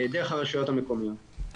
דרך הרשויות המקומיות.